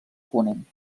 ponent